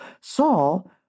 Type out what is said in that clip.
Saul